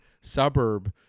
suburb